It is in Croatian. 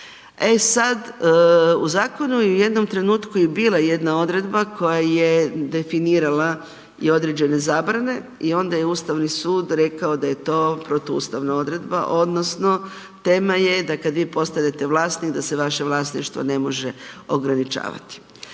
E sad, u zakonu je u jednom trenutku i bila jedna odredba koja je definirala i određene zabrane i onda je Ustavni sud rekao da je to protuustavna odredba odnosno tema je da kad vi postanete vlasnik da se vaše vlasništvo ne može ograničavati